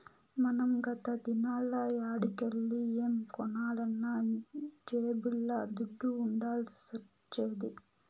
మనం గత దినాల్ల యాడికెల్లి ఏం కొనాలన్నా జేబుల్ల దుడ్డ ఉండాల్సొచ్చేది